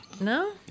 No